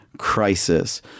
crisis